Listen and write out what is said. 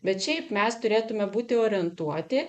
bet šiaip mes turėtume būti orientuoti